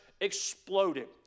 exploded